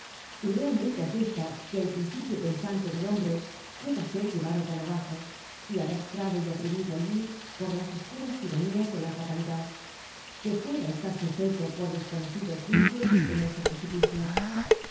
y realmente asusta que el principio pensante del hombre pueda ser llevado tan abajo y arrastrado y oprimido allí por las oscuras tiranías de la fatalidad que pueda estar sujeto por desconocidos vínculos en ese precipicio